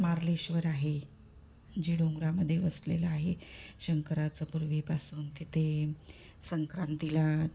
मार्लेश्वर आहे जे डोंगरामध्ये वसलेलं आहे शंकराचं पूर्वीपासून तिथे संक्रांतीला